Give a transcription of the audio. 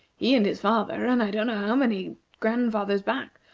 he and his father, and i don't know how many grandfathers back,